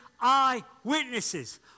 eyewitnesses